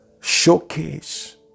Showcase